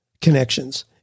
connections